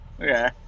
Okay